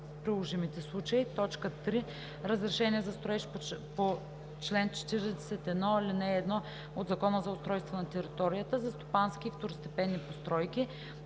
приложимите случаи; 3. разрешение за строеж по чл. 41, ал. 1 от Закона за устройство на територията – за стопански и второстепенни постройки;